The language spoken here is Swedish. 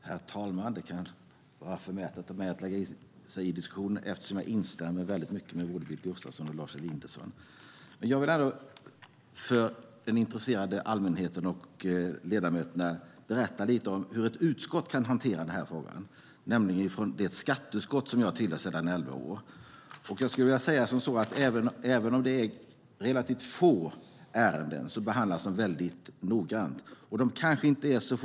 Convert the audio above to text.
Herr talman! Det kan tyckas förmätet att jag lägger mig i diskussionen eftersom jag instämmer väldigt mycket med både Billy Gustafsson och Lars Elinderson. Jag vill ändå för den intresserade allmänheten och ledamöterna berätta lite om hur ett utskott kan hantera den här frågan, nämligen det skatteutskott som jag tillhör sedan elva år. Även om det är relativt få ärenden behandlas de väldigt noggrant.